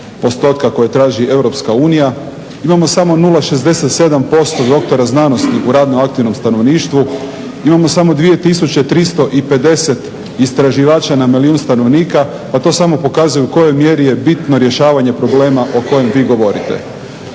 postotka koji traži EU. Imamo samo 0,67% doktora znanosti u radno aktivnom stanovništvu, imamo samo 2350 istraživača na milijun stanovnika pa to samo pokazuje u kojoj mjeri je bitno rješavanje problema o kojem vi govorite.